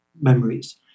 memories